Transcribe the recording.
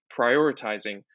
prioritizing